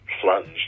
plunged